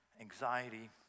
Anxiety